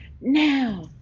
Now